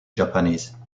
japanese